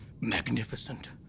magnificent